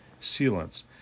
sealants